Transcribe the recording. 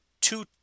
two